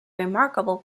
remarkable